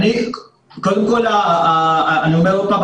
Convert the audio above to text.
קודם כול אני אומר אותם,